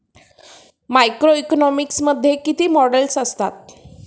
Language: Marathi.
मॅक्रोइकॉनॉमिक्स मध्ये किती मॉडेल्स असतात?